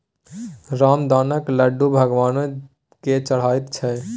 रामदानाक लड्डू भगवानो केँ चढ़ैत छै